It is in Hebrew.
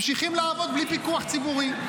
ממשיכים לעבוד בלי פיקוח ציבורי.